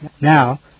Now